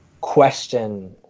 question